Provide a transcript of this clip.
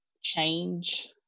change